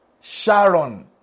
Sharon